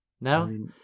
No